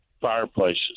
fireplaces